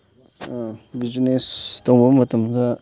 business ꯇꯧꯕ ꯃꯇꯝꯗ